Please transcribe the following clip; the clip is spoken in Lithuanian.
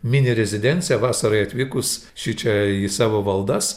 mini rezidencija vasarai atvykus šičia į savo valdas